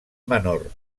menor